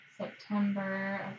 September